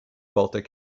baltic